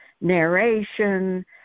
narration